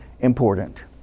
important